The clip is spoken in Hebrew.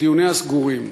דיוניה סגורים.